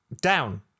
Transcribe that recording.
Down